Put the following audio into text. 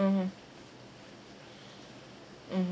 mmhmm mmhmm